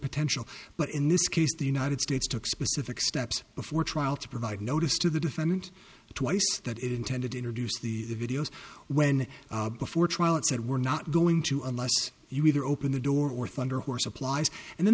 potential but in this case the united states took specific steps before trial to provide notice to the defendant twice that it intended to introduce the videos when before trial it said we're not going to unless you either open the door or thunder horse applies and then